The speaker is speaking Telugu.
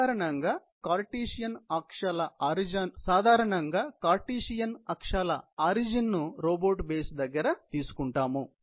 సాధారణంగా కార్టీసియన్ అక్షాల ఆరిజిన్ ను రోబోట్ బేస్ దగ్గర తీసుకొంటాము